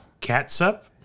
Catsup